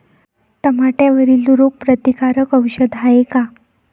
टमाट्यावरील रोग प्रतीकारक औषध हाये का?